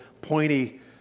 pointy